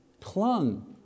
Clung